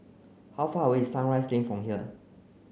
how far away is Sunrise Lane from here